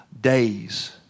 Days